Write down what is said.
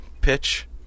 pitch